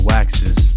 Waxes